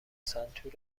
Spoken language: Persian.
سنتور